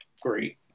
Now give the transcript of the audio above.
great